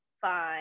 fine